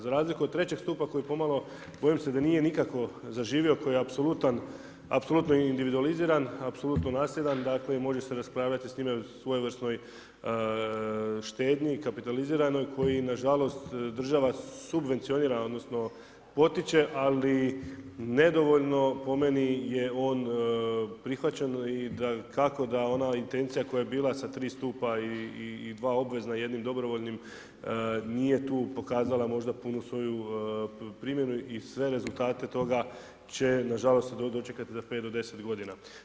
Za razliku od trećeg stupa koji bojim se da nije nikako zaživio, koji je apsolutno individualiziran, apsolutno nasljedan, dakle može se raspravljati o svojevrsnoj štednji, kapitaliziranoj koji na žalost država subvencionira, odnosno potiče ali nedovoljno po meni je on prihvaćen i dakako da ona intencija koja je bila sa stri stupa i dva obvezna i jednim dobrovoljnim nije tu pokazala možda punu svoju primjenu i sve rezultate toga će na žalost dočekati za pet do deset godina.